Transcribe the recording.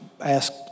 ask